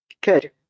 Good